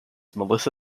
melissa